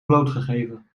blootgegeven